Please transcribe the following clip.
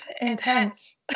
intense